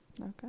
Okay